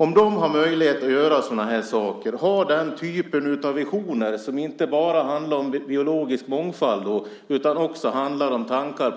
Om de har möjlighet att göra sådana saker och har den typen av visioner som inte bara handlar om biologisk mångfald utan också om